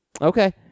Okay